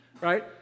right